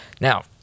now